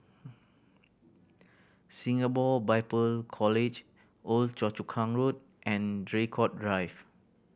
Singapore Bible College Old Choa Chu Kang Road and Draycott Drive